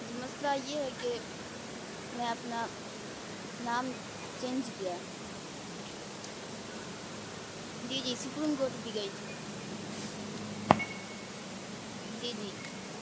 جی مسئلہ یہ ہے کہ میں اپنا نام چینج کیا ہے جی جی سپریم کورٹ بھی گئی تھی جی جی